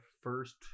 first